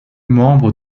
membre